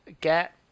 get